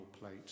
plate